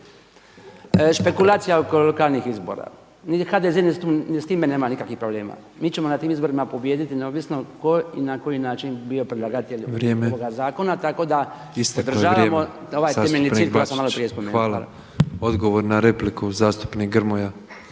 špekulacija oko lokalnih izbora HDZ s time nema nikakvih problema. Mi ćemo na tim izborima pobijediti neovisno tko i na koji način bio predlagatelj ovoga zakona … …/Upadica predsjednik: Vrijeme./… Tako da podržavamo